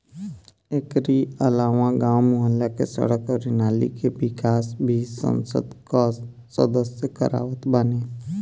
एकरी अलावा गांव, मुहल्ला के सड़क अउरी नाली के निकास भी संसद कअ सदस्य करवावत बाने